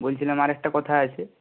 বলছিলাম আর একটা কথা আছে